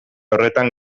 horretan